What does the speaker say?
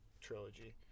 trilogy